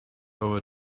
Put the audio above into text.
over